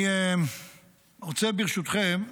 אני רוצה, ברשותכם,